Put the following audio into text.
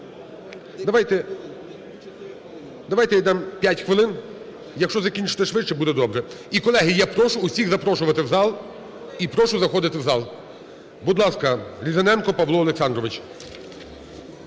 Давайте я дам 5 хвилин, якщо закінчите швидше, буде добре. І, колеги, я прошу всіх запрошувати в зал і прошу заходити в зал. Будь ласка, Різаненко Павло Олександрович.